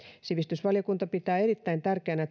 sivistysvaliokunta pitää erittäin tärkeänä